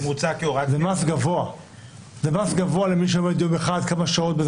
זה מס גבוה למי שעובד יום אחד כמה שעות.